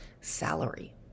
salary